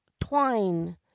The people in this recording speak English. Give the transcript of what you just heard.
twine